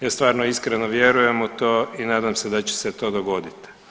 Ja stvarno iskreno vjerujem u to i nadam se da će se to dogodit.